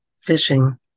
fishing